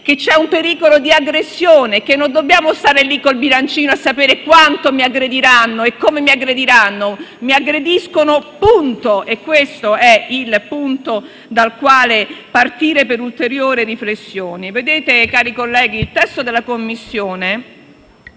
che c'è un pericolo di aggressione, che non dobbiamo stare con il bilancino a sapere quanto e come mi aggrediranno. Mi aggrediscono e basta. Questo è il punto dal quale partire per un'ulteriore riflessione. Cari colleghi, il testo della Commissione